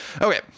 Okay